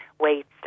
weights